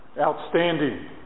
Outstanding